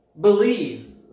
believe